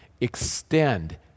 extend